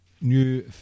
new